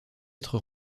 être